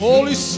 Holy